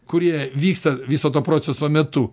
kurie vyksta viso to proceso metu